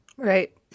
Right